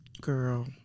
Girl